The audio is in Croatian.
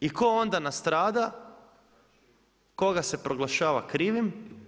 I tko onda nastrada, koga se proglašava krivi?